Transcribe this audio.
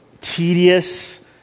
tedious